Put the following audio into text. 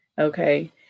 okay